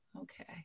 okay